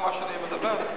שאני מדבר.